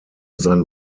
sein